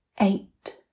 Eight